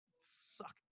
suck